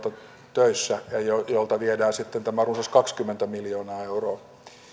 töissä ja joilta viedään sitten tämä runsas kaksikymmentä miljoonaa euroa